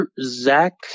Zach